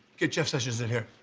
get your so shoes in here.